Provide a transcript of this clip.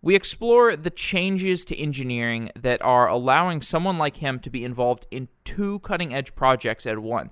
we explore the changes to engineering that are allowing someone like him to be involved in two cutting edge projects at one